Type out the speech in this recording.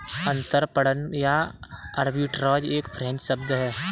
अंतरपणन या आर्बिट्राज एक फ्रेंच शब्द है